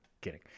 Kidding